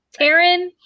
Taryn